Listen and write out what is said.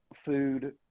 food